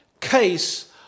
case